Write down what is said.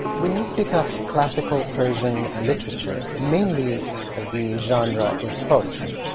when you speak of classical persian ah literature, mainly the genre is poetry.